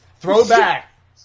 Throwback